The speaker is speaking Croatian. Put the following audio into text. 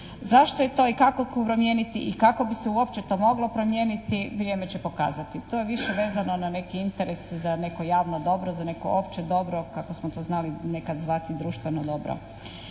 promijeniti i kako bi se uopće to moglo promijeniti vrijeme će pokazati. To je više vezano na neki interes za neko javno dobro, za neko opće dobro kako smo to znali nekad zvati društveno dobro.